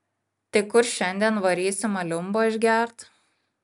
tai kur šiandien varysim aliumbo išgert